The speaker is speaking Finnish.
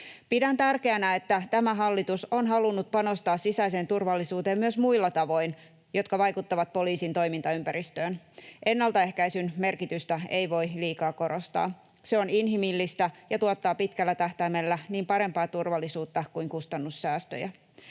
Pidän tärkeänä, että tämä hallitus on halunnut panostaa sisäiseen turvallisuuteen myös muilla tavoin, jotka vaikuttavat poliisin toimintaympäristöön. Ennaltaehkäisyn merkitystä ei voi liikaa korostaa. Se on inhimillistä ja tuottaa pitkällä tähtäimellä niin parempaa turvallisuutta kuin kustannussäästöjä.